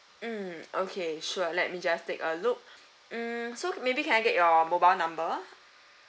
mm okay sure let me just take a look mm so maybe can I get your mobile number